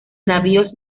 navíos